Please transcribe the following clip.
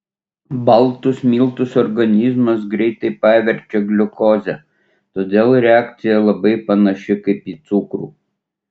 baltus miltus organizmas greitai paverčia gliukoze todėl reakcija labai panaši kaip į cukrų